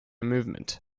movement